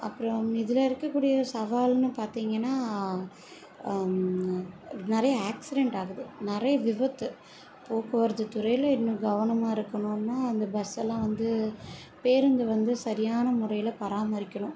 அப்புறம் இதில் இருக்கக்கூடிய சவால்னு பார்த்தீங்கன்னா நிறைய ஆக்சிடெண்ட் ஆகுது நிறைய விபத்து போக்குவரத்து துறையில் இன்னும் கவனமாக இருக்கணுன்னால் அந்த பஸ்ஸெல்லாம் வந்து பேருந்து வந்து சரியான முறையில் பராமரிக்கணும்